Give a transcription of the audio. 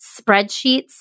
Spreadsheets